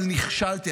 אבל נכשלתי.